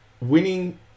winning